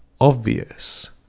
obvious